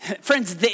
friends